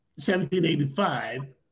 1785